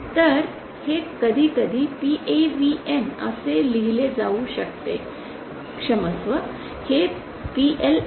तर हे कधीकधी PAVN असे लिहिले जाऊ शकते क्षमस्व